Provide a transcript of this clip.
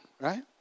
Right